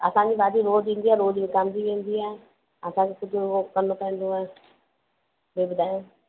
असांजी भाॼी रोज ईंदी आहे रोज विकामजी वेंदी आहे असांखे सॼो हो करिणो पवंदो आहे ॿियो ॿुधायो